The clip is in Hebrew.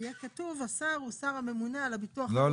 יהיה כתוב השר הוא שר הממונה על הביטוח הלאומי --- לא,